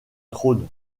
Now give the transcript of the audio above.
trône